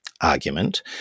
argument